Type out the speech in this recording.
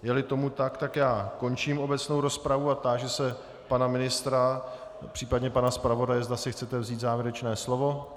Jeli tomu tak, končím obecnou rozpravu a táži se pana ministra, případně pana zpravodaje, zda si chtějí vzít závěrečné slovo.